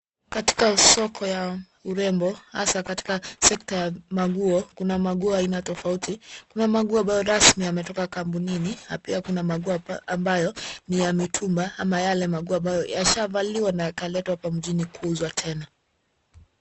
Katika soko ya urembo, hasa katika secta ya manguo Kuna manguo ya aina tofauti kuna manguo rasmi ambayo yametoka kampuni na pia Kuna manguo ambayo ni ya mitumba ambayo yashaa valiwa na kuletwa mjini kuuzwa tena.